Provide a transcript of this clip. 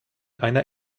einer